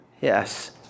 Yes